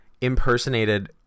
impersonated